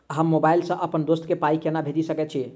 हम मोबाइल सअ अप्पन दोस्त केँ पाई केना भेजि सकैत छी?